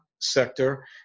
sector